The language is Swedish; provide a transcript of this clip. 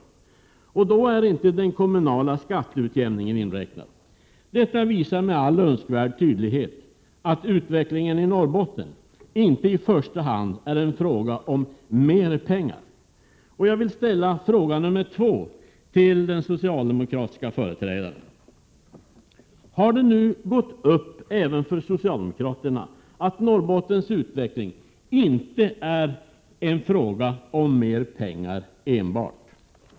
— och då är inte den kommunala skatteutjämningen inräknad. Detta visar med all önskvärd tydlighet att utvecklingen i Norrbotten inte i första hand är en fråga om mer pengar. Jag vill så ställa fråga nr 2 till den socialdemokratiske företrädaren: Har det nu gått upp även för socialdemokraterna att Norrbottens utveckling inte är en fråga om enbart mer pengar?